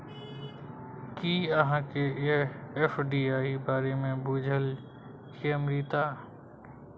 कि अहाँकेँ एफ.डी.आई बारे मे बुझल यै अमृता?